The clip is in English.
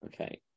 Okay